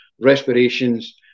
respirations